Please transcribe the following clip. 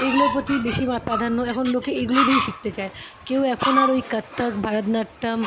এইগুলোর প্রতি বেশিরভাগ প্রাধান্য এখন লোকে এইগুলোই বেশি শিখতে চায় কেউ এখন আর ওই কত্থক ভরতনাট্যম